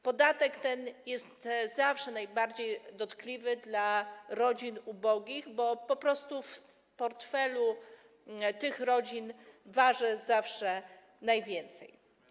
Podatek ten jest zawsze najbardziej dotkliwy dla rodzin ubogich, bo po prostu w portfelu tych rodzin waży zawsze najwięcej.